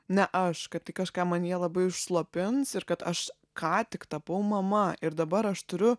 ne aš kad tai kažką manyje labai užslopins ir kad aš ką tik tapau mama ir dabar aš turiu